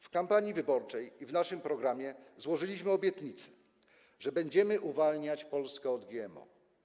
W kampanii wyborczej i w naszym programie złożyliśmy obietnicę, że będziemy uwalniać Polskę od GMO.